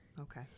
Okay